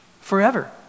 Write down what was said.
forever